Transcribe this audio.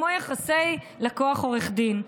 כמו יחסי לקוח עורך דין.